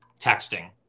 texting